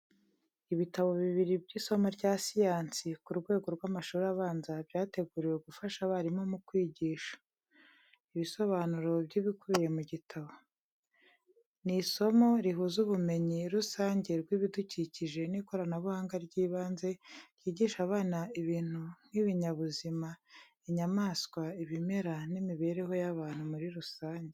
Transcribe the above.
Ibitabo bibiri by’isomo rya siyansi ku rwego rw'amashuri abanza, byateguriwe gufasha abarimu mu kwigisha. Ibisobanuro by’ibikubiye mu gitabo. Ni isomo rihuza ubumenyi rusange bw’ibidukikije n’ikoranabuhanga ry’ibanze, ryigisha abana ibintu nk’ibinyabuzima, inyamaswa, ibimera, n'imibereho y’abantu muri rusange.